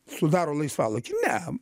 sudaro laisvalaikį ne